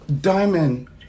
Diamond